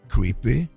Creepy